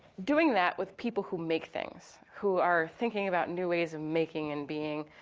doing that with people who make things, who are thinking about new ways of making and being,